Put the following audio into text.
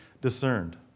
discerned